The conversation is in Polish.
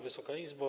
Wysoka Izbo!